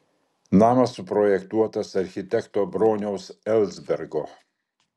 namas suprojektuotas architekto broniaus elsbergo